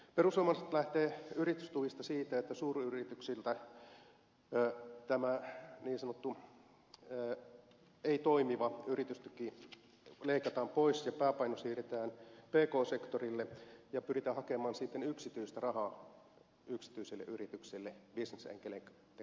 perussuomalaiset lähtevät yritystuissa siitä että suuryrityksiltä niin sanottu ei toimiva yritystuki leikataan pois ja pääpaino siirretään pk sektorille ja pyritään hakemaan sitten yksityistä rahaa yksityisille yrityksille bisnesenkeleitten kautta